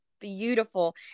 beautiful